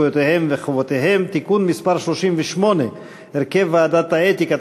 זכויותיהם וחובותיהם (תיקון מס' 38) (הרכב ועדת האתיקה),